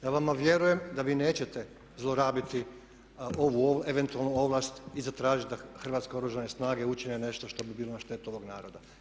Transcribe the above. Ja vama vjerujem da vi nećete zlorabiti ovu eventualnu ovlast i zatražiti da Hrvatske oružane snage učine nešto što bi bilo na štetu ovog naroda.